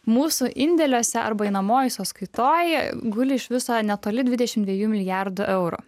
mūsų indėliuose arba einamojoj sąskaitoj guli iš viso netoli dvidešimt dviejų milijardų eurų